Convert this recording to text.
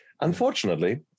Unfortunately